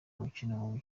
umukino